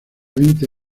veinte